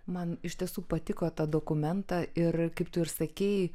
man iš tiesų patiko ta dokumenta ir kaip tu ir sakei